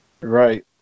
Right